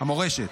המורשת.